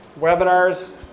webinars